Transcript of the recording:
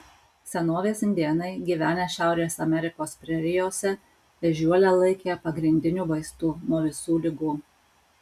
senovės indėnai gyvenę šiaurės amerikos prerijose ežiuolę laikė pagrindiniu vaistu nuo visų ligų